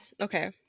okay